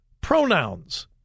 pronouns